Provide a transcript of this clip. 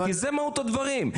כי זה מהות הדברים.